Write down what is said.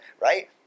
right